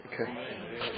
Okay